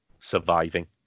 surviving